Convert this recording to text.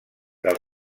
del